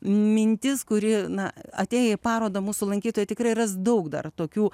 mintis kuri na atėję į parodą mūsų lankytojai tikrai ras daug dar tokių